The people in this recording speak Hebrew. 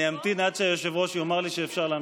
אני אמתין עד שהיושב-ראש יאמר לי שאפשר להמשיך.